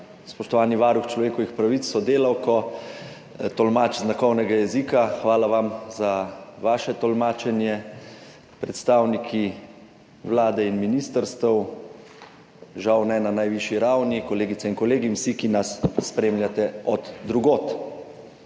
Spoštovani varuh človekovih pravic s sodelavko, tolmač znakovnega jezika, hvala vamza vaše tolmačenje, predstavniki Vlade in ministrstev, žal ne na najvišji ravni, kolegice in kolegi in vsi, ki nas spremljate od drugod!